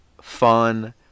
fun